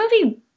movie